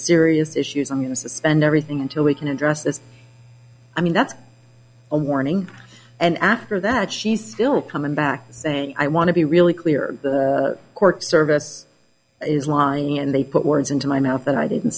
serious issues i'm going to suspend everything until we can address this i mean that's a warning and after that she's still coming back saying i want to be really clear the court service is lying and they put words into my mouth that i didn't